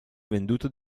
venduto